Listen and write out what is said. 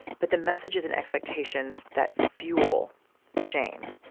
but the messages and expectations that fuel shame,